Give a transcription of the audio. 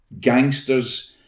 gangsters